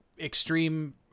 Extreme